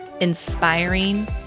inspiring